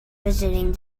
visiting